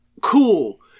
cool